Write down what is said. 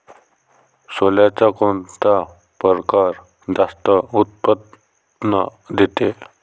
सोल्याचा कोनता परकार जास्त उत्पन्न देते?